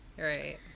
Right